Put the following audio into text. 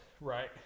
right